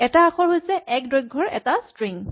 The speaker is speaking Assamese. এটা আখৰ হৈছে এক দৈৰ্ঘৰ এটা ষ্ট্ৰিং